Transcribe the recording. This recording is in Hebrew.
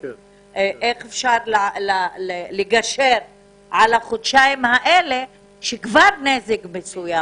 איך אפשר לגשר על החודשיים האלה כשכבר נעשה נזק מסוים